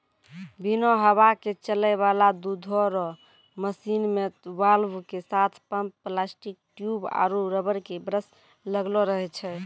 बिना हवा के चलै वाला दुधो रो मशीन मे वाल्व के साथ पम्प प्लास्टिक ट्यूब आरु रबर के ब्रस लगलो रहै छै